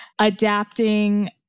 adapting